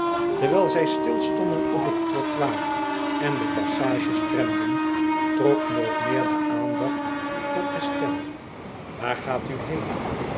terwijl zij stilstonden op het trottoir en de passage stremden trok nog meer de aandacht tot estelle waar gaat u heen